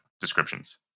descriptions